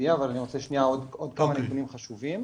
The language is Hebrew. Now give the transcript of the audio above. אבל לפני כן אתן עוד כמה נתונים חשובים.